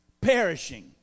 perishing